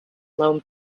lone